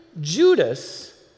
Judas